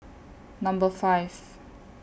Number five